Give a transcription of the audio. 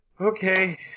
Okay